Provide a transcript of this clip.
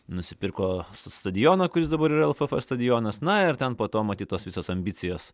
nusipirko stadioną kuris dabar yra lff stadionas na ir ten po to matyt tos visos ambicijos